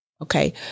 okay